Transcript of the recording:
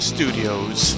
Studios